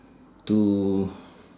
to